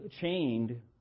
chained